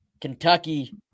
Kentucky